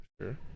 Sure